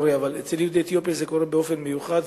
אבל אצל יהודי אתיופיה זה קורה באופן מיוחד,